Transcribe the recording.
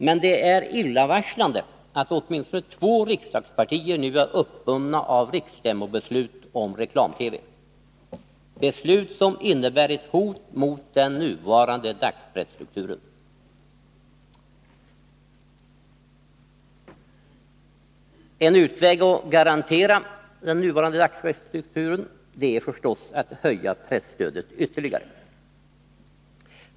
Men det är illavarslande att åtminstone två riksdagspartier nu är uppbundna av riksstämmobeslut om reklam-TV, beslut som innebär ett hot mot den nuvarande dagspresstrukturen. En utväg att garantera densamma är förstås att höja presstödet ytterligare.